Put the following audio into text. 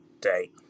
day